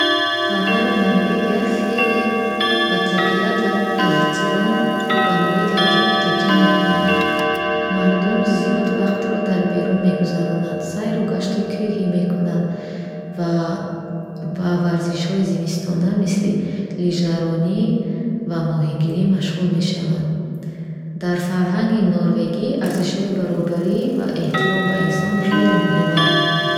Фарҳанги Норвегия хеле ба табиат ва эҳтиром ба муҳити атроф такя мекунад. Мардум зиёд вақтро дар берун мегузаронанд, сайру гашти кӯҳӣ мекунанд ва ба варзишҳои зимистона, мисли лижаронӣ ва моҳигирӣ машғул мешаванд. Дар фарҳанги норвегӣ арзишҳои баробарӣ ва эҳтиром ба инсонҳо хеле муҳиманд.